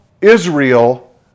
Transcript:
Israel